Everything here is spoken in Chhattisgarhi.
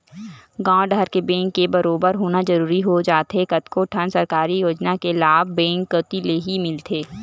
गॉंव डहर के बेंक के बरोबर होना जरूरी हो जाथे कतको ठन सरकारी योजना के लाभ बेंक कोती लेही मिलथे